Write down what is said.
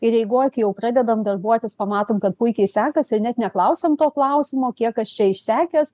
ir eigoj kai jau pradedam darbuotis pamatom kad puikiai sekasi net neklausiam to klausimo kiek aš čia išsekęs